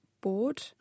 board